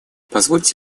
позвольте